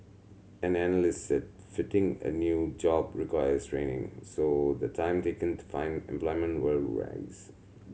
an analyst said fitting a new job requires training so the time taken to find employment will rise